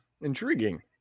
Intriguing